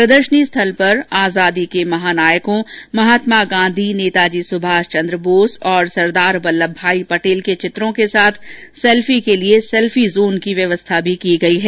प्रदर्शनी स्थल पर आजादी के महानायकों महात्मा गांधी नेताजी सुभाष चन्द्र बोस और सरदार वल्लभ भाई पटेल के चित्रों के साथ सैल्फी के लिए सैल्फी जोन की व्यवस्था भी की गयी है